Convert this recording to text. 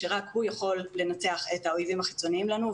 שרק הוא יכול לנצח את האויבים החיצונים לנו,